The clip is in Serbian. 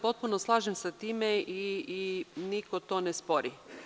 Potpuno se slažem sa time i niko to ne spori.